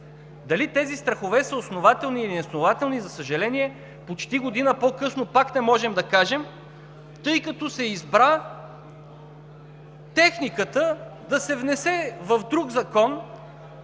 Дали тези страхове са основателни или неоснователни, за съжаление, почти година по-късно пак не можем да кажем, тъй като се избра техниката тези разпоредби пак